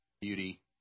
beauty